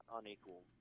unequal